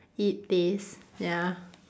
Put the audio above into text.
it taste ya